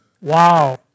Wow